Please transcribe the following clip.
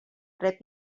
rep